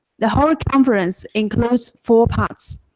the whole conference includes four parts.